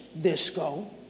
disco